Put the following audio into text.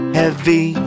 heavy